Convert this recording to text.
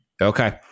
Okay